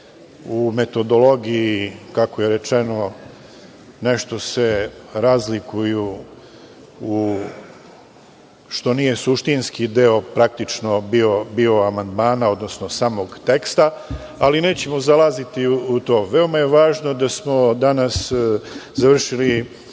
u metodologiji kako je rečeno, nešto se razlikuju, što nije suštinski deo bio amandmana, odnosno samog teksta, ali nećemo zalaziti u to. Veoma je važno da smo danas završili